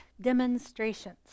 Demonstrations